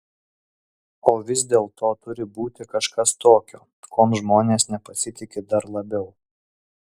o vis dėlto turi būti kažkas tokio kuom žmonės nepasitiki dar labiau